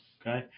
Okay